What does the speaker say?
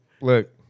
look